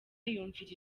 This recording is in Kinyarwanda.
yumvira